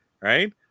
right